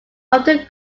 often